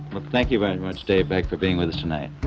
well, thank you very much, dave beck for being with us tonight.